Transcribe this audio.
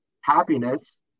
happiness